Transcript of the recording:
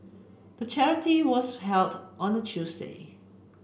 the charity was held on a Tuesday